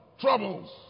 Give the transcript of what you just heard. troubles